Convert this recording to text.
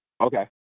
Okay